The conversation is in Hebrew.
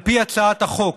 על פי הצעת החוק